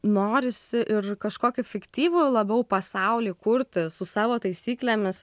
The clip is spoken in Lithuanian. norisi ir kažkokį fiktyvų labiau pasaulį kurti su savo taisyklėmis